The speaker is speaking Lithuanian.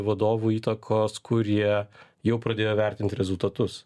vadovų įtakos kurie jau pradėjo vertinti rezultatus